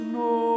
no